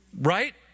right